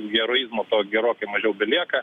heroizmo to gerokai mažiau belieka